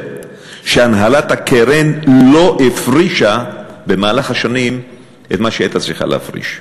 שהנהלת הקרן לא הפרישה במהלך השנים את מה שהיא הייתה צריכה להפריש.